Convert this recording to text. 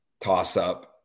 Toss-up